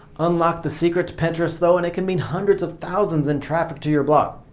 unlock the secret to pinterest though and it can mean hundreds of thousands in traffic to your blog.